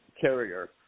carrier